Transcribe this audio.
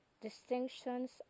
distinctions